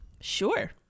sure